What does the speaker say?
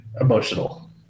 emotional